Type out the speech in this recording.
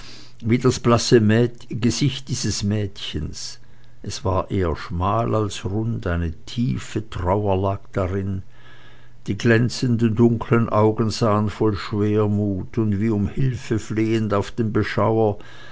wie das blasse gesicht dieses mädchens es war eher schmal als rund eine tiefe trauer lag darin die glänzenden dunklen augen sahen voll schwermut und wie um hilfe flehend auf den beschauer